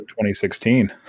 2016